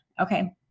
Okay